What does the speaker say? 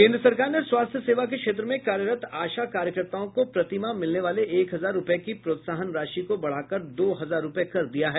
केन्द्र सरकार ने स्वास्थ्य सेवा के क्षेत्र में कार्यरत आशा कार्यकर्ताओं को प्रतिमाह मिलने वाले एक हजार रूपये की प्रोत्साहन राशि को बढ़ाकर दो हजार रूपये कर दिया है